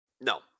No